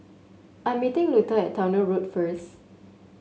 I'm meeting Luther at Towner Road first